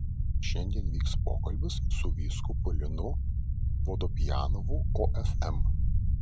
šiandien vyks pokalbis su vyskupu linu vodopjanovu ofm